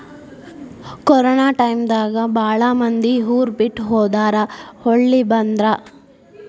corona time ದಾಗ ಬಾಳ ಮಂದಿ ಊರ ಬಿಟ್ಟ ಹೊದಾರ ಹೊಳ್ಳಿ ಬಂದ್ರ